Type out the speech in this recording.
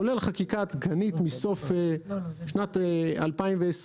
כולל חקיקה עדכנית בסוף שנת 2020,